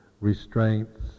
restraints